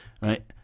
right